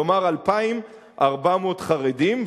כלומר 2,400 חרדים.